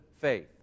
faith